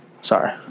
Sorry